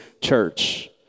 church